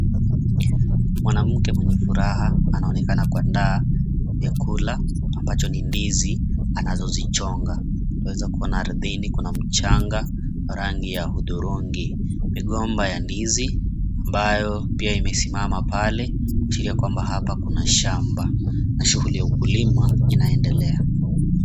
Mwanamke mwenye furaha anaonekana kuandaa vyakula, ambacho ni ndizi anazozichonga. Twaweza kuona ardhini kuna mchanga rangi ya hudhurungi. Migomba ya ndizi ambayo pia imesimama pale, kuashiria kwamba hapa kuna shamba na shughuli ya ukulima inaendelea.